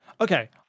Okay